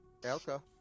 Elka